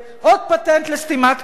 עוד פטנט לסתימת פיות.